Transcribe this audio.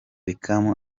beckham